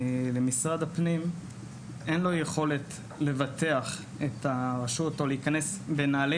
למשרד הפנים אין יכולת לבטח את הרשות או להיכנס לנעלי